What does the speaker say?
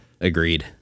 Agreed